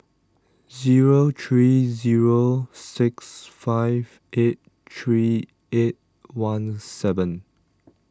zero three zero six five eight three eight one seven